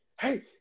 hey